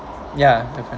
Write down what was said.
ya definitely